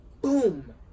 boom